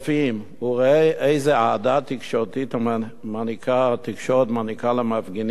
וראה איזה אהדה תקשורתית מעניקה התקשורת למפגינים האלה.